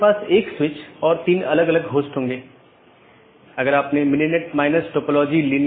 packet IBGP साथियों के बीच फॉरवर्ड होने के लिए एक IBGP जानकार मार्गों का उपयोग करता है